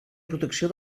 protecció